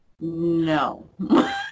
no